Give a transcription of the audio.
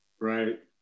Right